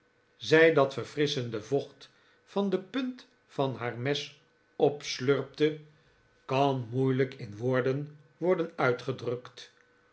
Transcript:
zij dat verfrisschende vocht van de punt van haar mes opslurpte kan moeilijk in woorden worden uitgedrukt